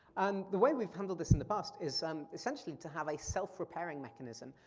um the way we've handled this in the past is um essentially to have a self-repairing mechanism.